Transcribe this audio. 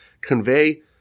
convey